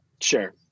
sure